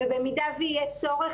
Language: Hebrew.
ובמידה שיהיה צורך,